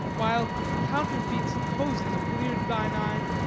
while counterfeit supposes blear'd thine eyne.